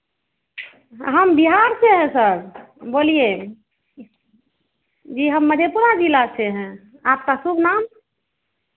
हम बिहार से हैं सर बोलिए जी हम मधेपुरा जिला से हैं आपका शुभ नाम